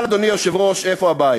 אבל, אדוני היושב-ראש, איפה הבעיה?